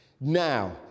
Now